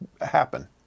happen